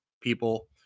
people